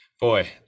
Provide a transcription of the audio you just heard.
Boy